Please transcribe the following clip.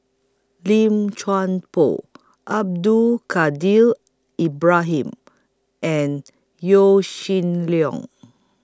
Lim Chuan Poh Abdul Kadir Ibrahim and Yaw Shin Leong